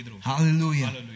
Hallelujah